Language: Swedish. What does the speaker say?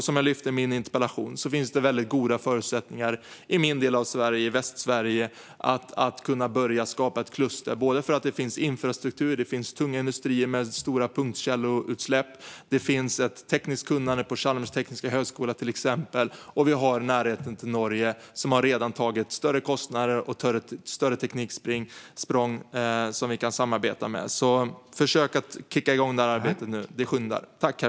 Som jag lyfte fram i min interpellation finns det väldigt goda förutsättningar i min del av Sverige, Västsverige, för att börja skapa ett kluster. Det finns infrastruktur, tunga industrier med stora punktkälleutsläpp och ett tekniskt kunnande på till exempel Chalmers tekniska högskola. Vi har också närheten till Norge, som redan har tagit på sig större kostnader och gjort ett större tekniksprång. Dem kan vi samarbeta med. Försök kicka igång det här arbetet nu! Det skyndar.